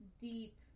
deep